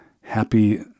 Happy